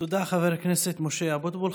תודה, חבר הכנסת משה אבוטבול.